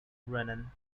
brennan